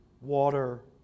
water